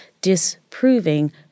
disproving